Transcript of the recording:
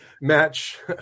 match